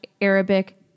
Arabic